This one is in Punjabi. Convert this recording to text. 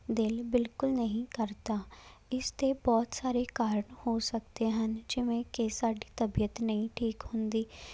ਦਿਲ ਬਿਲਕੁਲ ਨਹੀਂ ਕਰਦਾ ਇਸ ਦੇ ਬਹੁਤ ਸਾਰੇ ਕਾਰਨ ਹੋ ਸਕਦੇ ਹਨ ਜਿਵੇਂ ਕਿ ਸਾਡੀ ਤਬੀਅਤ ਨਹੀਂ ਠੀਕ ਹੁੰਦੀ